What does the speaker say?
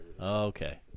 Okay